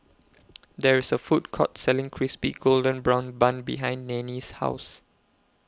There IS A Food Court Selling Crispy Golden Brown Bun behind Nanie's House